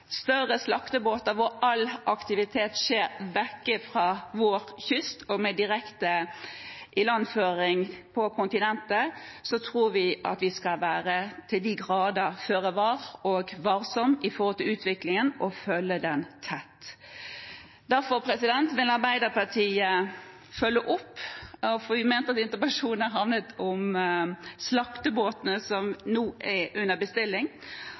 større slaktebåter, hvor all aktivitet skjer borte fra vår kyst og med direkte ilandføring på kontinentet, tror vi at vi skal være til de grader føre var og varsomme når det gjelder utviklingen, og følge den tett. Derfor vil Arbeiderpartiet følge opp. Vi mente at interpellasjonen handlet om slaktebåtene som nå er under bestilling